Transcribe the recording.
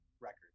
record